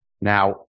Now